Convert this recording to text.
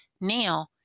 now